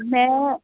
ਮੈਂ